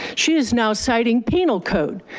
she is now citing penal code.